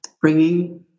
bringing